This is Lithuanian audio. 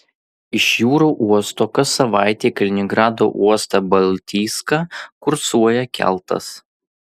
iš jūrų uosto kas savaitę į kaliningrado uostą baltijską kursuoja keltas